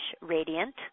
radiant